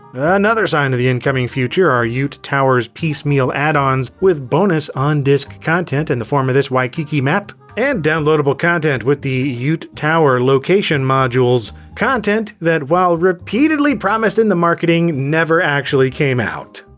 another sign of the incoming future are yoot tower's piecemeal addons, with bonus on-disc content in the form of this waikiki map, and downloadable content with the yoot tower location modules. content that, while repeatedly promised in the marketing, never actually came out.